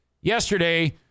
Yesterday